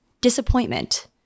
disappointment